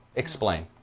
explain.